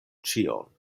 ĉion